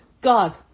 God